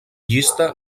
llista